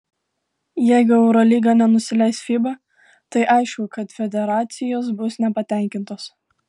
jeigu eurolyga nenusileis fiba tai aišku kad federacijos bus nepatenkintos